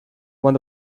when